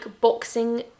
boxing